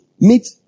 meet